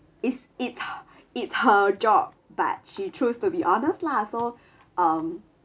it's it's it's her job but she chose to be honest lah so um